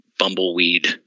bumbleweed